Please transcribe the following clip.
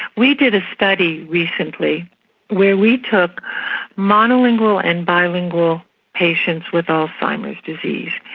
we did a study recently where we took mono-lingual and bilingual patients with alzheimer's disease.